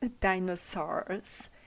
dinosaurs